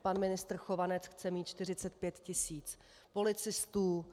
Pan ministr Chovanec chce mít 45 tisíc policistů.